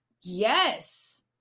Yes